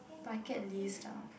bucket list ah